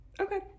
okay